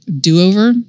do-over